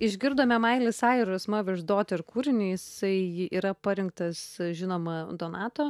išgirdome miley cyrus mothers daughter kūrinį jisai yra parinktas žinoma donato